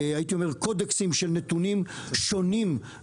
הייתי אומר קודקסים של נתונים שונים,